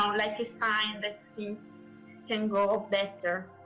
um like a sign that things can go better.